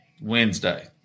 Wednesday